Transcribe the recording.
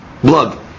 blood